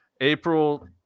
April